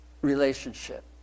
relationship